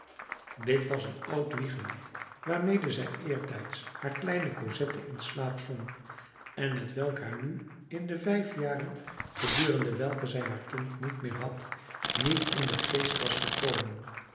dit was een oud wiegelied waarmede zij eertijds haar kleine cosette in slaap zong en t welk haar nu in de vijf jaren gedurende welke zij haar kind niet meer had niet in den geest was gekomen